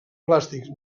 plàstics